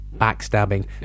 Backstabbing